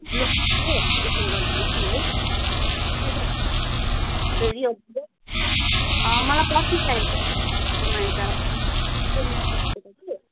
blue हो त्यसरी गरिदिनुहोस् न है त्यसो भए मलाई पर्सी चाहिएको छ एउटा छुटेछ कि